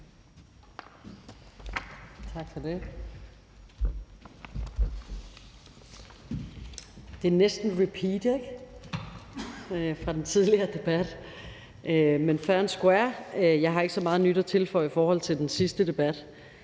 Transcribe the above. Tak for det.